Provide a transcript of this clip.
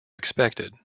expected